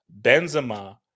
Benzema